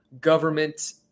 government